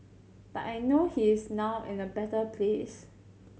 but I know he is now in a better place